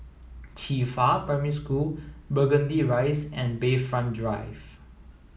Qifa Primary School Burgundy Rise and Bayfront Drive